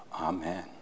Amen